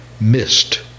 missed